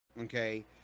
okay